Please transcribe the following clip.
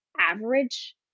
average